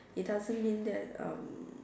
it doesn't mean that um